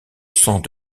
sang